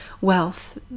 wealth